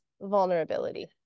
vulnerability